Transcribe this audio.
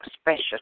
special